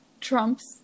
Trump's